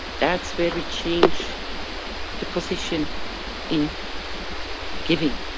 that's where we change the position in giving.